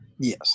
Yes